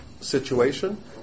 situation